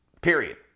period